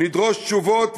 נדרוש תשובות,